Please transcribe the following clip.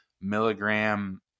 milligram